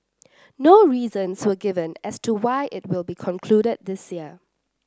no reasons were given as to why it will be concluded this year